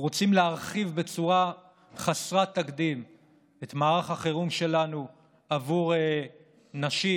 אנחנו רוצים להרחיב בצורה חסרת תקדים את מערך החירום שלנו עבור נשים